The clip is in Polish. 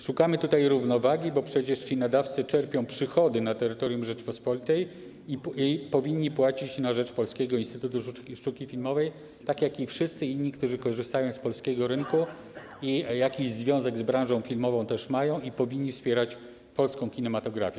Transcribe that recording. Szukamy tutaj równowagi, bo przecież ci nadawcy czerpią przychody na terytorium Rzeczypospolitej i powinni płacić opłaty na rzecz Polskiego Instytutu Sztuki Filmowej, tak jak wszyscy inni, którzy korzystają z polskiego rynku, mają też jakiś związek z branżą filmową i powinni wspierać polską kinematografię.